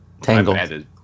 Tangled